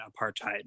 apartheid